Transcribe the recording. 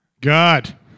God